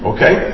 Okay